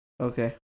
Okay